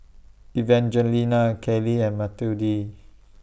Evangelina Kailey and Matilde